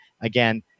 again